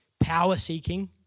power-seeking